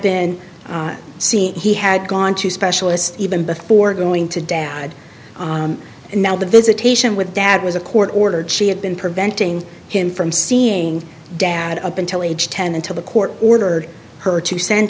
been seeing he had gone to specialist even before going to dad and now the visitation with dad was a court ordered she had been preventing him from seeing dad up until age ten until the court ordered her to send